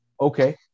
Okay